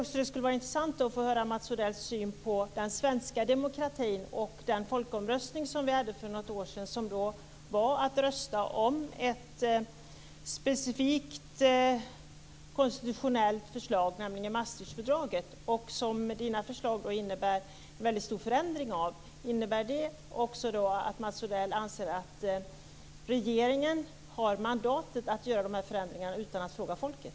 Det skulle också vara intressant att få höra Mats Odells syn på den svenska demokratin och den folkomröstning vi hade för något år sedan, nämligen att rösta om ett specifikt konstitutionellt förslag - Maastrichtfördraget. Mats Odells förslag innebär en stor förändring. Innebär det att Mats Odell anser att regeringen har mandat att göra dessa förändringar utan att fråga folket?